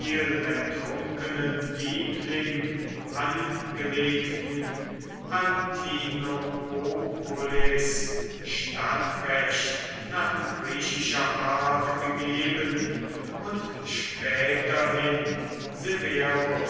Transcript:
ertrunkenen liebling angelegten antinoopolis stadtrecht nach griechischer art gegeben und späterhin